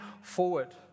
forward